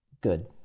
good